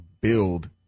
build